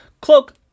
Cloak